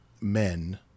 men